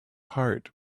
heart